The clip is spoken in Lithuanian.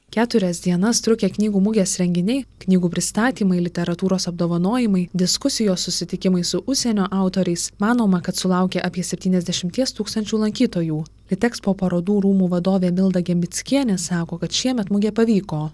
keturias dienas trukę knygų mugės renginiai knygų pristatymai literatūros apdovanojimai diskusijos susitikimai su užsienio autoriais manoma kad sulaukė apie septyniasdešimties tūkstančių lankytojų litekspo parodų rūmų vadovė milda gembickienė sako kad šiemet mugė pavyko